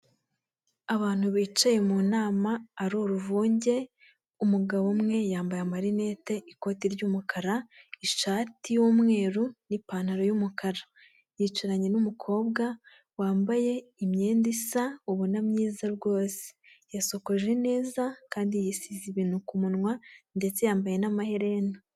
Abantu bicaye mu nama aruvunge umugabo umwe yambaye marinete, ikoti ry'umukara, ishati y'umweru, n'ipantaro y'umukara yicaranye n'umukobwa wambaye imyenda isa ubona myiza rwose yasokoje neza kandi yisize ibintu k'umunwa ndetse yambaye n'amaherena.